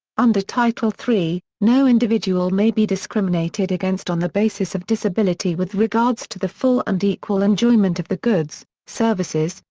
under title iii, no individual may be discriminated against on the basis of disability with regards to the full and equal enjoyment of the goods, services,